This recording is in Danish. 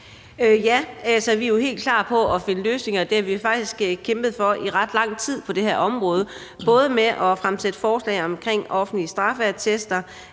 Ja, vi er helt klar på at finde løsninger, og det har vi faktisk kæmpet for i ret lang tid på det her område, både med at fremsætte forslag omkring offentlige straffeattester,